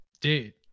Dude